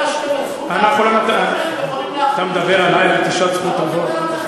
אתה מדבר עלי, על נטישת זכות אבות?